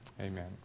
Amen